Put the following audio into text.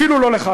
אפילו לא לך,